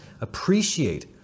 Appreciate